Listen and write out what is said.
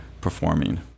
performing